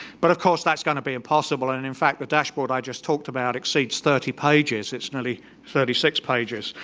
but of course, that's going to be impossible, and in fact the dashboard i just talked about exceeds thirty pages, it's nearly thirty six pages.